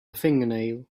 fingernail